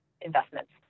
investments